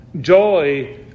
joy